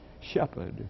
shepherd